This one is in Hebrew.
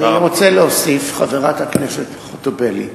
אני רוצה להוסיף, חברת הכנסת חוטובלי,